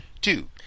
two